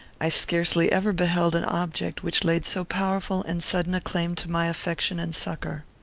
i scarcely ever beheld an object which laid so powerful and sudden a claim to my affection and succour.